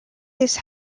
his